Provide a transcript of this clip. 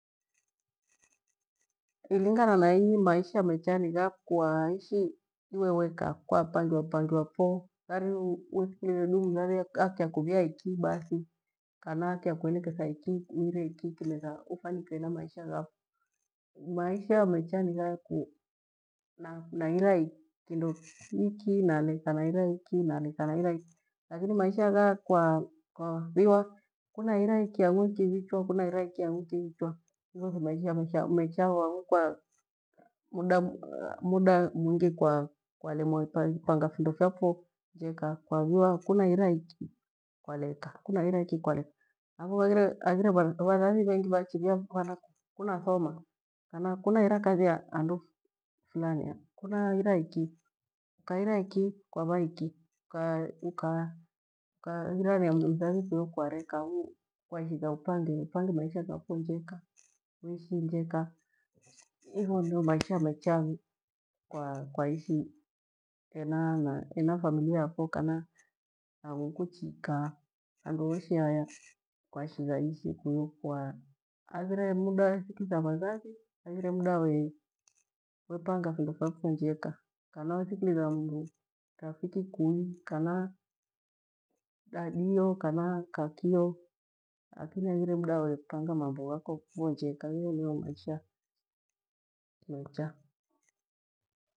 Thigana na inyi maisha ni ghayo kwa ishi iwe weka keapangiwapangiwa tothali nicheoe dumthathi akyakuvia iki bathi kana akyakueleketha iki uire iki kimetha ufanikiwe hena maisha ghafo maishamecha nighaya kunahira kindo hiki naleka nahira hiki naleka naira hiki lakini maisha ghaya kwa viwa kunaira iki ang'u nikivichwa kunaira iki ang'u nikivivchwa, igho thimaisha mecha gho ang'u kwa muda mwingi kwalemwa ipunga. Findo fyafo njeka kwa viwa kwanaira iki kwaleka kinahira iki kwaleka haghire, vathathi vengi vachivia vana kunathoma kana kunahira kathu handu frani kana kunahira, iki ukahira iki kwava iki ukairania mthathi kuya kwaleka ang'u kwashigha upange maisha ghafo njeka uishi njeka iho niyo maisha mecha ang'u kwaishi hena familia yafo kana handu kuchiika handu huhoshe haya kwaishi kuya kwa haghire muda wa thikilitha vathathi na haghire muda wa panga vindo fyafo njeka kana wathikilitha mru rafiki kui kana dadio kana kakio lakini haghire mda we panga mambo yafo njeka igho nigho maisha mecha.